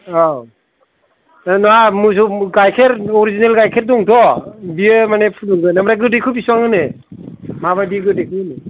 औ नङा मोसौ गायखेर अरजिनेल गायखेर दङथ' बेयो फुदुंगोन ओमफ्राइ गोदैखौ बेसेबां होनो माबादि गोदै होयो